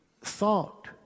thought